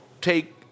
take